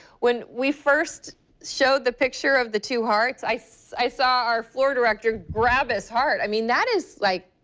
when we first showed the picture of the two hearts, i saw i saw our florida director grab his heart. i mean that is like